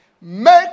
Make